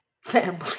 Family